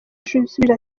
yasubije